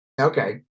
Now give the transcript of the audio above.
okay